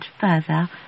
further